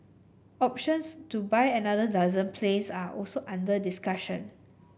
options to buy another dozen planes are also under discussion